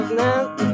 now